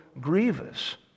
grievous